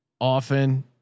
often